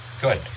Good